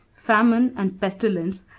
famine and pestilence,